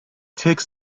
takes